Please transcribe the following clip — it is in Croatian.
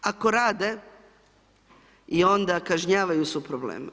Ako rade i onda kažnjavaju, su problem.